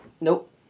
Nope